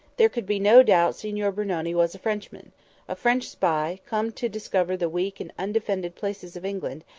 there could be no doubt signor brunoni was a frenchman a french spy come to discover the weak and undefended places of england,